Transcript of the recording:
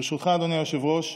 ברשותך, אדוני היושב-ראש,